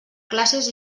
classes